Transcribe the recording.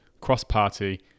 cross-party